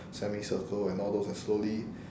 semicircle and all those and slowly